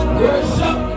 worship